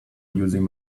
using